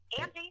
Andy